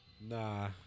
nah